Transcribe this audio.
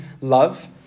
love